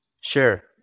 Sure